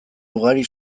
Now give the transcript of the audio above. ugari